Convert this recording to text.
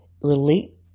relate